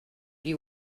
you